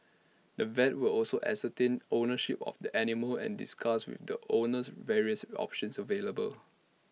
the vet would also ascertain ownership of the animal and discuss with the owners various options available